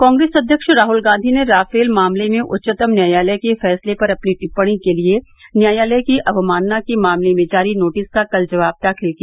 कांग्रेस अध्यक्ष राहुल गांधी ने राफेल मामले में उच्चतम न्यायालय के फैसले पर अपनी टिप्पणी के लिए न्यायालय की अवमानना के मामले में जारी नोटिस का कल जवाब दाखिल किया